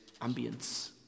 ambience